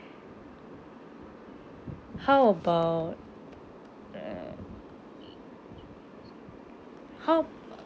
how about mm how